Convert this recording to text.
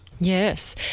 Yes